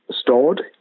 Stored